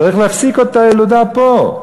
צריך להפסיק את הילודה פה.